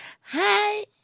Hi